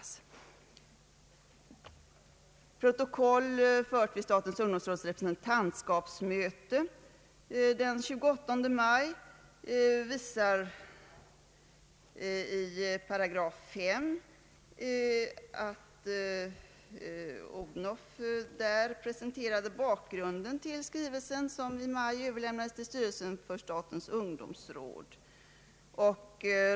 Protokollet från statens ungdomsråds representantskapsmöte den 28 maj visar i § 5 att jag där presenterade bakgrunden till den skrivelse som i maj överlämnades till styrelsen för statens ungdomsråd.